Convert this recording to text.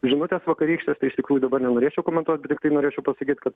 žinutės vakarykštės tai iš tikrųjų dabar nenorėčiau komentuot bet tiktai norėčiau pasakyt kad